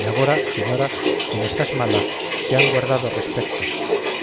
y agora señora como estás mala te han guardado respecto